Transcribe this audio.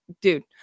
dude